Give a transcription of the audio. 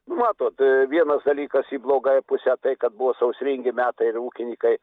nu matot vienas dalykas į blogąją pusę tai kad buvo sausringi metai ir ūkininkai